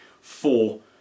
four